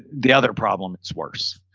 the other problem is worse.